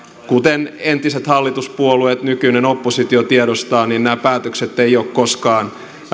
kuten entiset hallituspuolueet nykyinen oppositio tiedostavat nämä päätökset eivät ole koskaan